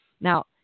Now